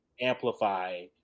amplify